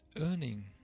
earning